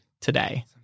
today